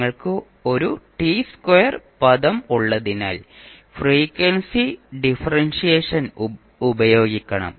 നിങ്ങൾക്ക് ഒരു T square പദം ഉള്ളതിനാൽ ഫ്രീക്വൻസി ഡിഫറൻഷിയേഷൻ ഉപയോഗിക്കണം